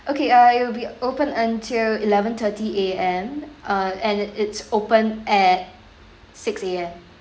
okay uh it'll be open until eleven thirty A_M uh and it's open at six A_M